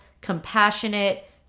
compassionate